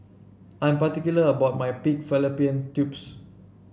I'm particular about my Pig Fallopian Tubes